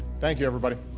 thank you, everybody.